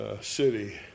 city